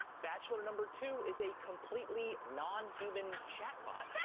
bachelor number two is a completely non-human chat bot.